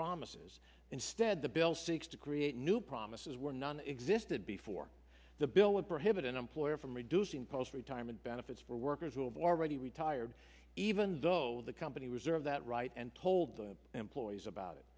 promises instead the bill seeks to create new promises were none existed before the bill would prohibit an employer from reducing post retirement benefits for workers will be already retired even though the company reserve that right and told the employees about it